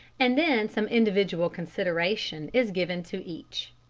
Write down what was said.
and then some individual consideration is given to each.